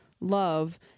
love